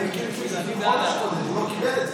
אני מכיר מקרים שהוא הזמין חודש קודם והוא לא קיבל את זה.